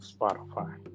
Spotify